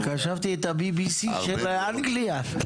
חשבתי את ה-BBC של אנגליה.